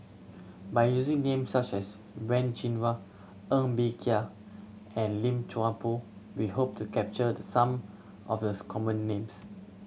by using names such as Wen Jinhua Ng Bee Kia and Lim Chuan Poh we hope to capture some of the common names